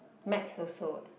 maths also what